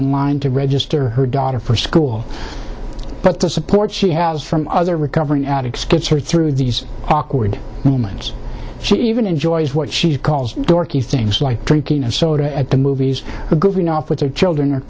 in line to register her daughter for school but the support she has from other recovering addicts gets her through these awkward moments she even enjoys what she calls dorky things like drinking a soda at the movies goofing off with her children are